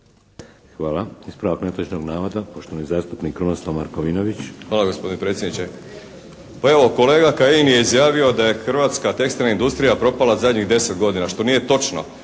Hvala. Ispravak netočnog navoda, poštovani zastupnik Krunoslav Markovinović. **Markovinović, Krunoslav (HDZ)** Hvala gospodine predsjedniče. Pa evo, kolega Kajin je izjavio da je hrvatska tekstilna industrija propala zadnjih 10 godina što nije točno.